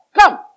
come